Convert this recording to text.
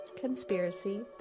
conspiracy